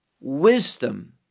wisdom